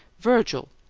virgil!